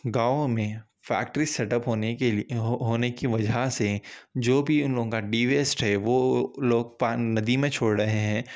گاؤں میں factory setup ہونے کے لیے ہونے کی وجہ سے جو بھی ان لوگوں کا ڈی ویسٹ ہے وہ لوگ پان ندی میں چھوڑ رہے ہیں